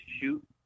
shoot